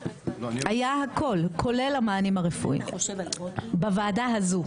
היה הכול, כולל המענים הרפואיים, בוועדה הזו.